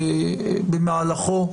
במהלכו,